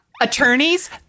Attorneys